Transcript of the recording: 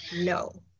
no